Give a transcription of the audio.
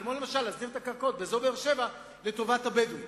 למשל להסדיר את הקרקעות באזור באר-שבע לטובת הבדואים,